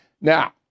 Now